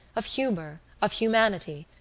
of humour, of humanity,